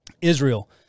Israel